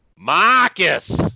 Marcus